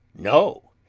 no!